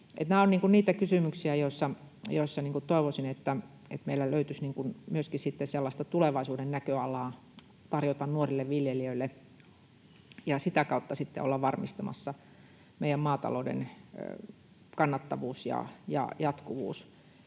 Nämä ovat niitä kysymyksiä, joissa toivoisin, että meillä löytyisi myöskin sellaista tulevaisuuden näköalaa tarjota nuorille viljelijöille ja sitä kautta olisimme varmistamassa meidän maatalouden kannattavuuden ja jatkuvuuden.